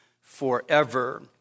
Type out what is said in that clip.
forever